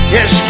Yes